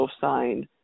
signed